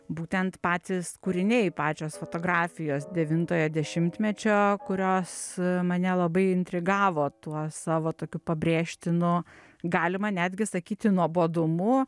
būtent patys kūriniai pačios fotografijos devintojo dešimtmečio kurios mane labai intrigavo tuo savo tokiu pabrėžtinu galima netgi sakyti nuobodumu